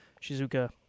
Shizuka